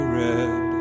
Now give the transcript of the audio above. red